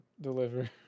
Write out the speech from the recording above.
deliver